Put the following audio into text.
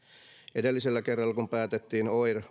edellisellä kerralla kun päätettiin oir